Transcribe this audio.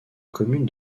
commune